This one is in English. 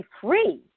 free